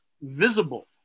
visible